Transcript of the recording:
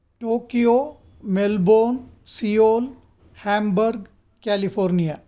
Tokyo Melbourne Seoul Hamburg California